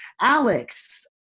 Alex